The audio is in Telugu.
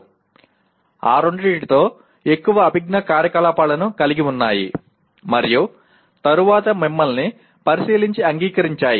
ఈ రెండింటితో ఎక్కువ అభిజ్ఞా కార్యకలాపాలను కలిగి ఉన్నాయి మరియు తరువాత మిమ్మల్ని పరిశీలించి అంగీకరించాయి